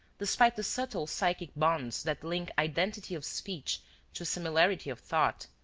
despite the subtle psychic bonds that link identity of speech to similarity of thought,